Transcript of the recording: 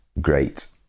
great